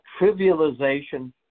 trivialization